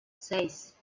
seis